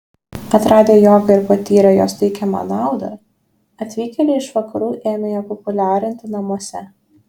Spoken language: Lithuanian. atradę jogą ir patyrę jos teikiamą naudą atvykėliai iš vakarų ėmė ją populiarinti namuose